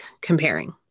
comparing